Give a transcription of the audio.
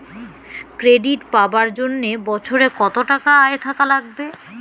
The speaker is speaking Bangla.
ক্রেডিট পাবার জন্যে বছরে কত টাকা আয় থাকা লাগবে?